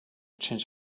change